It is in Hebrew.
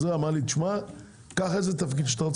אמר לי: קח איזה תפקיד שאתה רוצה.